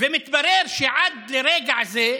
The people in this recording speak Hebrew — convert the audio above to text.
ומתברר שעד לרגע זה,